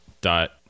dot